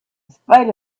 spite